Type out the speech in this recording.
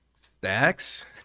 stacks